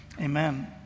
Amen